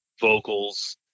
vocals